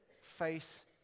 face